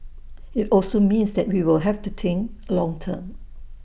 IT also means that we will have to think long term